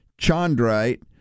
chondrite